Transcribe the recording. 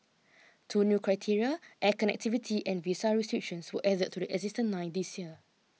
two new criteria air connectivity and visa restrictions were added to the existing nine this year